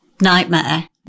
nightmare